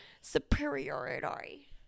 Superiority